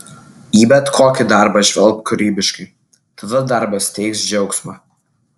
į bet kokį darbą žvelk kūrybiškai tada darbas teiks džiaugsmą